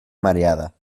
mareada